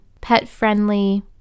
pet-friendly